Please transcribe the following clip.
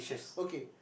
okay